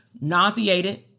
nauseated